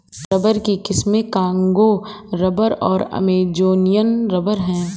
rubber की किस्में Congo rubber और अमेजोनियन रबर हैं